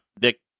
Dick